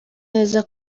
neza